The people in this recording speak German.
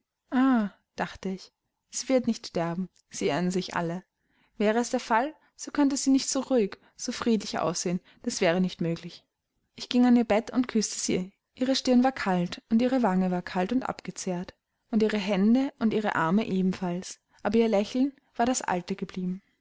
dachte ich sie wird nicht sterben sie irren sich alle wäre es der fall so könnte sie nicht so ruhig so friedlich aussehen das wäre nicht möglich ich ging an ihr bett und küßte sie ihre stirn war kalt und ihre wange war kalt und abgezehrt und ihre hände und ihre arme ebenfalls aber ihr lächeln war das alte